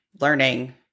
learning